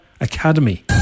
Academy